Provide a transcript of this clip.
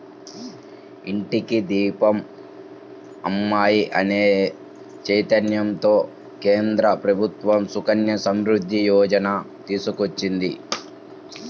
ఇంటికి దీపం అమ్మాయి అనే చైతన్యంతో కేంద్ర ప్రభుత్వం సుకన్య సమృద్ధి యోజన తీసుకొచ్చింది